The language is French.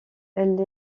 elle